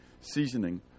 seasoning